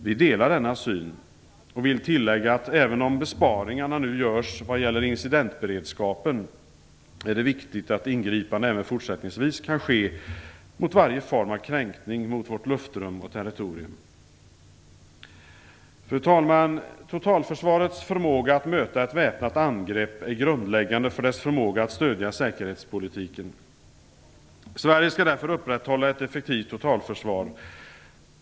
Vi delar denna syn och vill tillägga att även om besparingarna nu görs vad gäller incidentberedskapen är det viktigt att ingripanden även fortsättningsvis kan ske mot varje form av kränkning mot vårt luftrum och territorium. Fru talman! Totalförsvarets förmåga att möta ett väpnat angrepp är grundläggande för dess förmåga att stödja säkerhetspolitiken. Sverige skall därför upprätthålla ett effektivt totalförsvar.